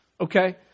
Okay